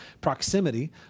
proximity